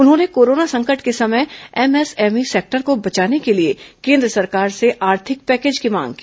उन्होंने कोरोना संकट के समय एमएसएमई सेक्टर को बचाने के लिए केन्द्र सरकार से आर्थिक पैकेज की मांग की